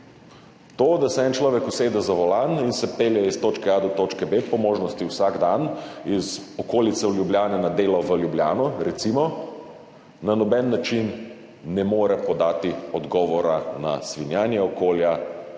To, da se en človek usede za volan in se pelje iz točke A do točke B, po možnosti vsak dan, recimo iz okolice Ljubljane na delo v Ljubljano, na noben način ne more podati odgovora na svinjanje okolja